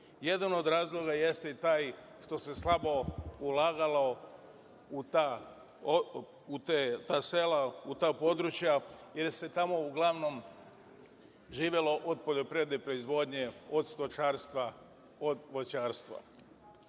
Jedan od razloga jeste i taj što se slabo ulagalo u ta sela, u ta područja, jer se tamo uglavnom živelo od poljoprivredne proizvodnje, od stočarstva, od voćarstva. Ovo